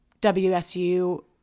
WSU